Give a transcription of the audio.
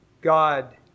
God